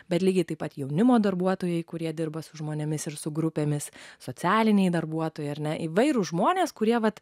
bet lygiai taip pat jaunimo darbuotojai kurie dirba su žmonėmis ir su grupėmis socialiniai darbuotojai ar ne įvairūs žmonės kurie vat